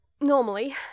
normally